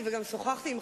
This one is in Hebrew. ולפנות אליך ברמה האישית,